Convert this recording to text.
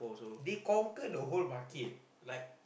they conquer the whole market like